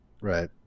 Right